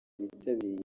bitabiriye